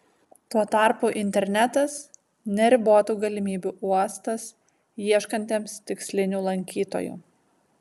tuo tarpu internetas neribotų galimybių uostas ieškantiems tikslinių lankytojų